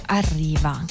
arriva